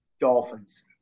Dolphins